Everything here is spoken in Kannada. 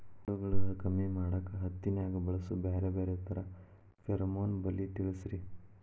ಹುಳುಗಳು ಕಮ್ಮಿ ಮಾಡಾಕ ಹತ್ತಿನ್ಯಾಗ ಬಳಸು ಬ್ಯಾರೆ ಬ್ಯಾರೆ ತರಾ ಫೆರೋಮೋನ್ ಬಲಿ ತಿಳಸ್ರಿ